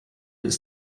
ist